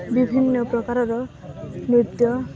ବିଭିନ୍ନ ପ୍ରକାରର ନୃତ୍ୟ